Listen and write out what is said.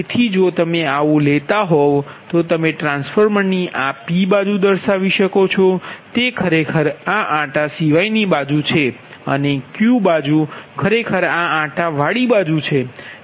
તેથી જો તમે આવુ લેતા હોવ તો તમે ટ્રાન્સફોર્મરની આ p બાજુ દર્શાવી શકો છો તે ખરેખર આ આંટા સિવાય ની બાજુ છે અને Q બાજુ ખરેખર આ આંટા વાડી બાજુ છે